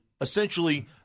essentially